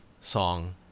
song